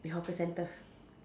the hawker centre